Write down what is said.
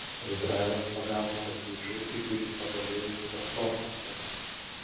toks draivas pagavo kad būčiau iki ryto galėjus tuos tortus kepti